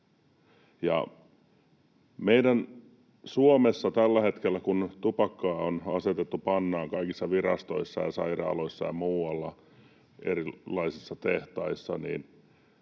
Suomessa tällä hetkellä, kun tupakka on asetettu pannaan kaikissa virastoissa ja sairaaloissa ja muualla, erilaisissa tehtaissa,